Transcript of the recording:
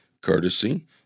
courtesy